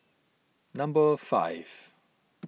number five